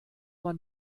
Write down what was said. man